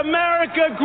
America